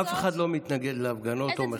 אף אחד לא מתנגד להפגנות או מחאות.